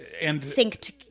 synced